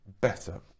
better